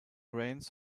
reins